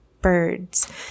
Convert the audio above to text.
birds